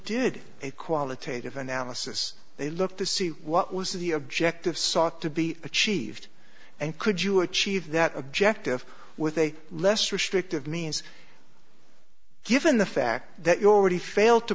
did a qualitative analysis they looked to see what was the objective sought to be achieved and could you achieve that objective with a less restrictive means given the fact that you already failed to